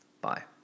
Bye